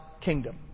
kingdom